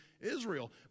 Israel